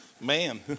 man